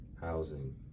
housing